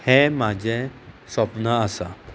हें म्हाजें सप्न आसा